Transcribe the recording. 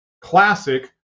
classic